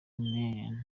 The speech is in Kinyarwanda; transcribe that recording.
men